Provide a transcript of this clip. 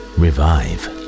revive